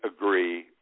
agree